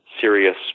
serious